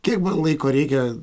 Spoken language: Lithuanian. kiek man laiko reikia